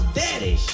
daddy